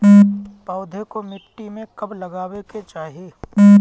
पौधे को मिट्टी में कब लगावे के चाही?